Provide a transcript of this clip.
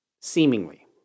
seemingly